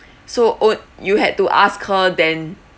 so oh you had to ask her then